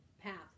path